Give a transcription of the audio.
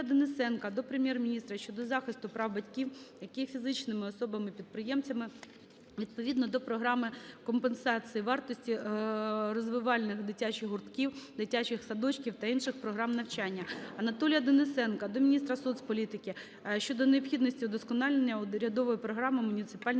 Анатолія Денисенка до Прем'єр-міністра щодо захисту прав батьків, які є фізичними особами-підприємцями відповідно до Програми компенсації вартості розвивальних дитячих гуртків, дитячих садочків та інших програм навчання. Анатолія Денисенка до міністра соцполітики щодо необхідності удосконалення Урядової програми "Муніципальна